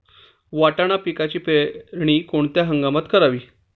वाटाणा पिकाची पेरणी कोणत्या हंगामात करावी?